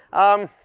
um,